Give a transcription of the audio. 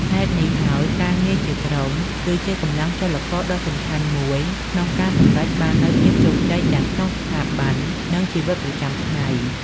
ហេតុនេះហើយការងារជាក្រុម គឺជាកម្លាំងចលករដ៏សំខាន់មួយក្នុងការសម្រេចបាននូវភាពជោគជ័យទាំងក្នុងស្ថាប័ន និងជីវិតប្រចាំថ្ងៃ។